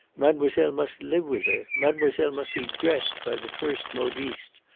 mademoiselle must live with her. mademoiselle must be dressed by the first modistes.